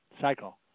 cycle